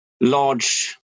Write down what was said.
large